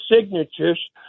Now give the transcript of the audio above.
signatures